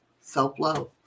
self-love